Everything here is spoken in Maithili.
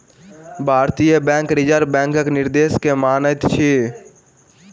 भारतीय बैंक रिजर्व बैंकक निर्देश के मानैत अछि